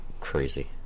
crazy